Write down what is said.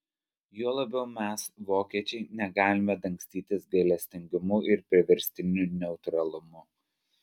juo labiau mes vokiečiai negalime dangstytis gailestingumu ir priverstiniu neutralumu